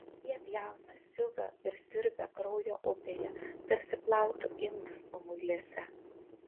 jie pjauna siuva ir siurbia kraujo upėje tarsi plautų indus pamuilėse